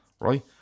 right